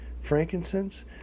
Frankincense